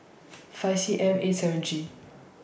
five C M eight seven G